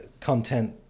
content